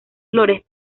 flores